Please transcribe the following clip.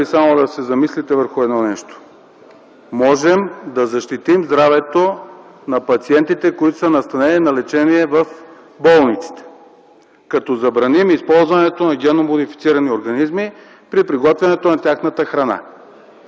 само да се замислите върху едно нещо – можем да защитим здравето на пациентите, които са настанени за лечение в болниците като забраним използването на генно модифицирани организми при приготвянето на тяхната храна.